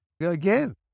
again